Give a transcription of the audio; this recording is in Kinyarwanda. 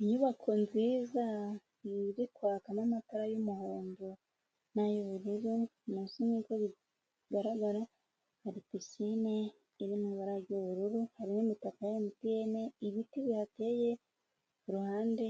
Inyubako nziza iri kwakamo amatara y'umuhondo n'ay'ubururu, munsi nk'uko bigaragara hari pisine irimo ibara ry'ubururu, harimo imitaka ya MTN, ibiti bihateye ku ruhande